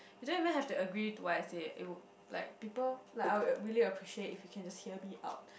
you don't even have to agree to what I say it would like people like I would really appreciate if you can just hear me out